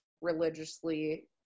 religiously